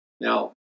Now